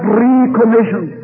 recommission